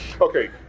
Okay